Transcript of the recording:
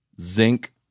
zinc